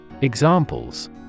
Examples